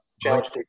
Challenge